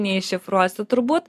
neiššifruosi turbūt